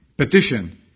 petition